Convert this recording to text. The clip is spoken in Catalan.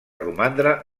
romandre